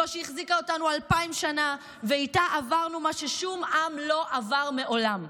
זו שהחזיקה אותנו אלפיים שנה ואיתה עברנו מה ששום עם לא עבר מעולם.